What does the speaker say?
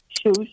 Shoes